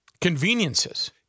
conveniences